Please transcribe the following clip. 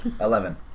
eleven